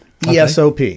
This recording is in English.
ESOP